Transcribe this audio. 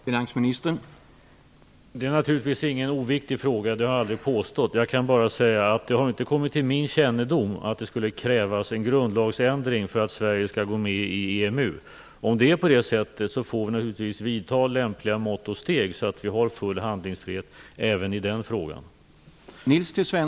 Herr talman! Det är naturligtvis ingen oviktig fråga. Det har jag heller aldrig påstått. Jag kan bara säga att det inte har kommit till min kännedom att det skulle krävas en grundlagsändring för att Sverige skall gå med i EMU. Om det är på det sättet, får vi naturligtvis vidta lämpliga mått och steg så att vi har full handlingsfrihet även i den frågan.